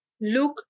look